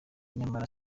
nyamara